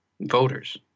voters